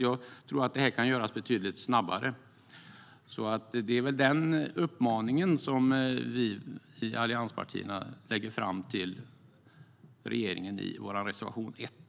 Jag tror att detta kan göras betydligt snabbare. Det är alltså denna uppmaning som vi i allianspartierna för fram till regeringen i reservation 1.